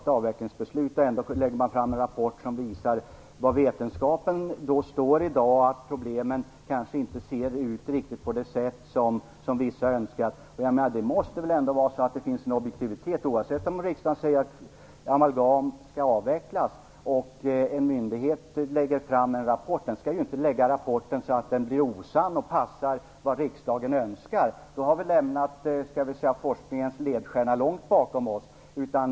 Efter ett avvecklingsbeslut lägger man fram en rapport som visar var vetenskapen står i dag, att man anser att problemen kanske inte ser ut så som vissa har sagt. Det måste väl ändå finnas en objektivitet, oavsett om riksdagen säger att amalgam skall avvecklas, i den rapport som en myndighet lägger fram. Den skall inte lägga fram en rapport så att den blir osann och passar till riksdagens önskemål. Då har vi lämnat forskningens ledstjärna långt bakom oss.